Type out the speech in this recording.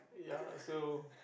ya so